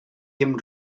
him